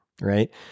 right